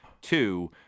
two